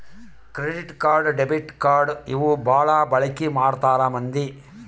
credit card debit card ಇವು ಬಾಳ ಬಳಿಕಿ ಮಾಡ್ತಾರ ಮಂದಿ